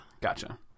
Gotcha